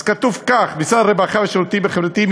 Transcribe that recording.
כתוב כך: משרד הרווחה והשירותים החברתיים,